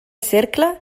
cercle